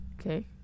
Okay